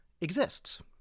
exists